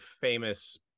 famous